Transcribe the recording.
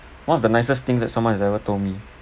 one of the nicest thing that someone has ever told me